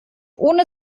ohne